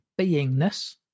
beingness